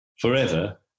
Forever